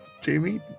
Jamie